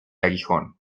aguijón